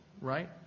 right